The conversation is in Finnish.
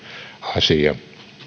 asia